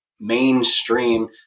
mainstream